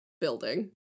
building